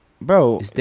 bro